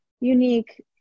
unique